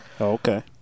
okay